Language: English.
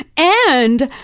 and,